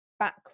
back